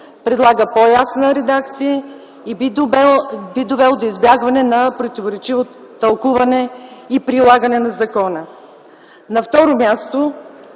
предлага по-ясна редакция и би довел до избягване на противоречиво тълкуване и прилагане на закона.